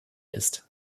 ist